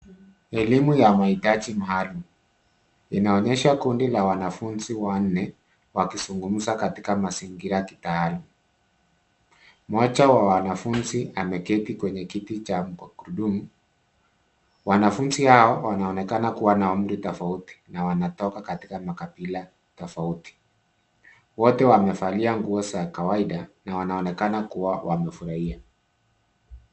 Elimu ya mahitaji maalum inaonyesha kundi la wanafunzi wanne wakizungumza katika mazingira kitaalum. Moja wa wanafunzi ameketi kwenye kiti cha magurudumu. Wanafunzi hao wanaonekana kuwa na umri tofauti na wanatoka katika makabila tofauti. Wote wamevalia nguo za kawaida na wanaonekana kuwa wamefurahia.